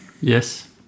Yes